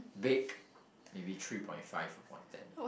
big maybe three point five on ten